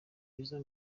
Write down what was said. byiza